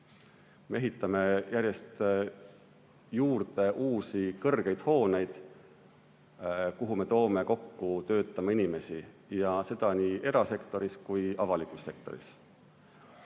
Me ehitame järjest juurde uusi kõrgeid hooneid, kuhu me toome kokku töötama inimesi, ja seda nii erasektoris kui ka avalikus sektoris.